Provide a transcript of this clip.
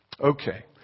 Okay